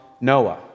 Noah